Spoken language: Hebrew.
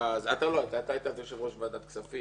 אתה לא היית, אתה היית יושב ראש ועדת הכספים.